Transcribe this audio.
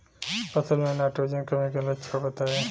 फसल में नाइट्रोजन कमी के लक्षण बताइ?